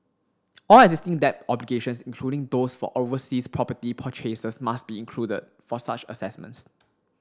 all existing debt obligations including those for overseas property purchases must be included for such assessments